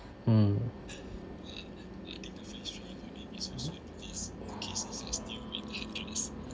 mm